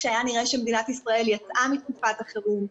כשהיה נראה שמדינת ישראל יצאה מתקופת החירום,